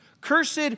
Cursed